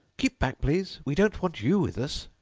keep back, please we don't want you with us!